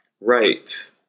Right